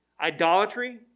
idolatry